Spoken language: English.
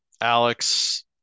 Alex